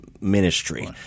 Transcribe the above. ministry